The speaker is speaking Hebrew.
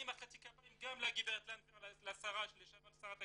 מחאתי כפיים גם לגברת לנדבר לשעבר שרת הקליטה,